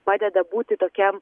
padeda būti tokiam